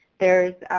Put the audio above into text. there's,